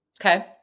Okay